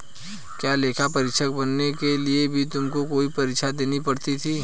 क्या लेखा परीक्षक बनने के लिए भी तुमको कोई परीक्षा देनी पड़ी थी?